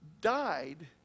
died